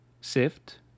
sift